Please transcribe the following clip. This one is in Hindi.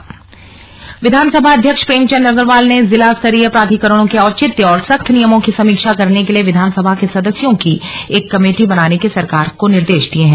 विधानसभा विधानसभा अध्यक्ष प्रेमचंद अग्रवाल ने जिला स्तरीय प्राधिकरणों के औचित्य और सख्त नियमों की समीक्षा करने के लिए विधानसभा के सदस्यों की एक कमेटी बनाने के सरकार को निर्देश दिए हैं